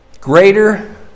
greater